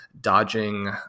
dodging